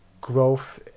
growth